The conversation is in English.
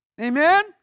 Amen